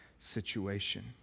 situation